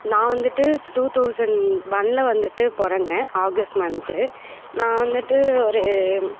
நான் வந்துட்டு two thousand ஒன்ல வந்துட்டு பிறந்தன் ஆகஸ்ட் மந்த் நான் வந்துட்டு ஒரு